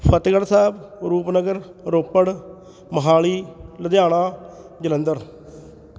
Fatehgarh Sahib Rupnagar Ropar Mohali Ludhiana Jalandhar